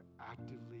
actively